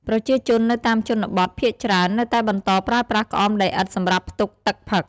ប្រជាជននៅតាមជនបទភាគច្រើននៅតែបន្តប្រើប្រាស់ក្អមដីឥដ្ឋសម្រាប់ផ្ទុកទឹកផឹក។